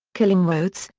killing rhoads,